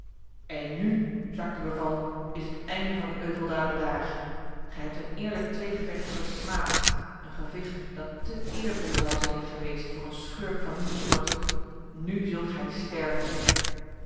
de beval is het einde van uwe euveldaden daar gij hebt een eerlijk tweegevecht versmaad een gevecht dat te eervol zou zijn geweest voor een schurk van uwe soort nu zult gij sterven